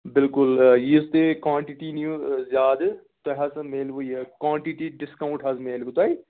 بِلکُل آ یِہِ تُہۍ کانٹِٹی نِیِو زیادٕ تۄہہِ ہَسا میلوٕ یہِ کانٹِٹی ڈِسکاوُنٛٹ حظ میلوٕ تۄہہِ